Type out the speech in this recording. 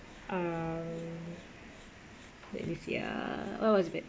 uh let me see ah what was good